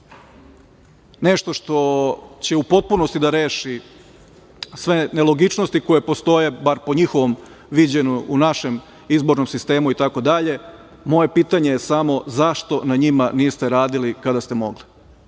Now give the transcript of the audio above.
nešto što će u potpunosti da reši sve nelogičnosti koje postoje, bar po njihovom viđenju, u našem izbornom sistemu i tako dalje, moje pitanje je samo – zašto na njima niste radili kada ste mogli?